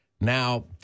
Now